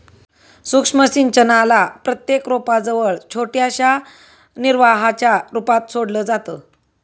सूक्ष्म सिंचनाला प्रत्येक रोपा जवळ छोट्याशा निर्वाहाच्या रूपात सोडलं जातं